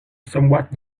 somewhat